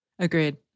Agreed